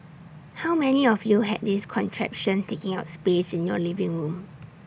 how many of you had this contraption taking up space in your living room